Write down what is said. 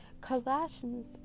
Colossians